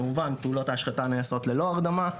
כמובן, פעולות ההשחתה נעשות ללא הרדמה.